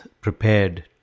prepared